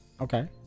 Okay